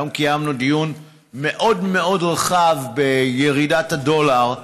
היום קיימנו דיון מאוד-מאוד רחב בירידת הדולר,